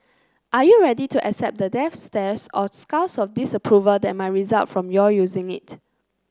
are you ready to accept the death stares or scowls of disapproval that might result from your using it